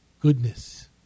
goodness